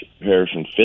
harrison